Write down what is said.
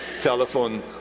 telephone